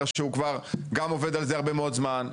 שהוא כבר גם עובד על זה הרבה מאוד זמן.